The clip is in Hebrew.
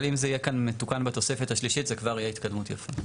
אבל אם זה יהיה כאן מתוקן בתוספת השלישית זו כבר תהיה התקדמות יפה.